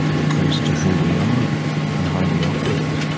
of course, to who we are and how we operate.